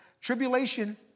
Tribulation